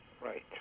Right